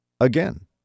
again